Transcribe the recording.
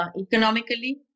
economically